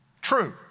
True